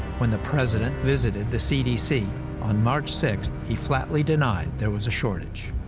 when the president visited the cdc on march six, he flatly denied there was a shortage.